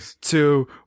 two